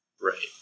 Right